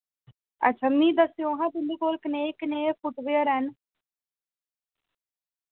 अच्छा मी दस्सेओ हां तुं'दे कोल कनेह् कनेह् फुटवेयर हैन